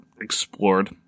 explored